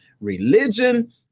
religion